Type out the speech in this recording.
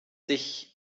sich